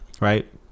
right